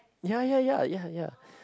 ya ya ya ya ya